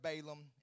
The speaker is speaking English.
Balaam